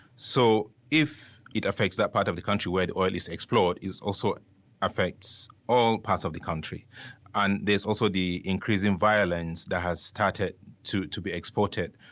so if it affects that part of the country where the oil is explored, it also affects all parts of the country and there's also the increasing violence that has started to to be exported.